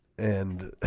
and